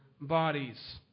bodies